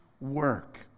work